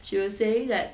she was saying that